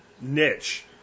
niche